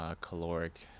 caloric